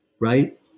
right